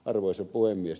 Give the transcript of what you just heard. arvoisa puhemies